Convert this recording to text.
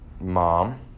mom